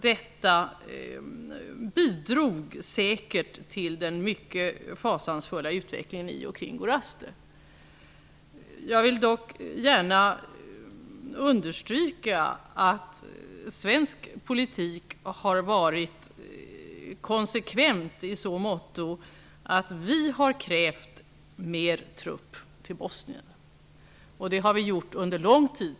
Detta bidrog säkert till den mycket fasansfulla utvecklingen i och omkring Gorazde. Jag vill gärna understryka att svensk politik har varit konsekvent i så måtto att vi har krävt mer trupp till Bosnien. Det har vi gjort under en lång tid.